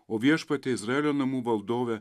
o viešpatie izraelio namų valdove